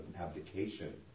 abdication